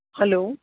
hello